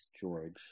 George